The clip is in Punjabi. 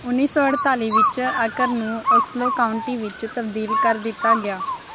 ਉੱਨੀ ਸੌ ਅਠਤਾਲੀ ਵਿੱਚ ਅਕਰ ਨੂੰ ਓਸਲੋ ਕਾਉਂਟੀ ਵਿੱਚ ਤਬਦੀਲ ਕਰ ਦਿੱਤਾ ਗਿਆ